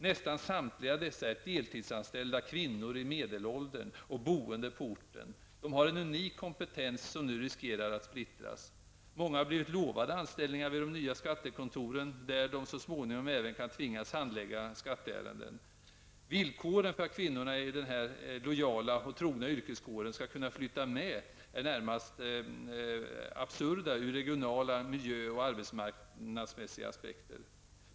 Nästan samtliga dessa är deltidsanställda kvinnor i medelåldern och boende på orten. De har en unik kompetens som nu riskerar att splittras. Många har blivit lovade anställningar vid de nya skattekontoren, där de så småningom även kan tvingas handlägga skatteärenden. Villkoren för att kvinnorna i denna lojala och trogna yrkeskår skall kunna flytta med är närmast absurda ur regionala, miljö och arbetsmarknadsmässiga aspekter.